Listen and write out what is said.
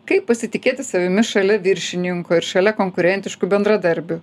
kaip pasitikėti savimi šalia viršininko ir šalia konkurentiškų bendradarbių